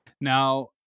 Now